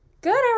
Good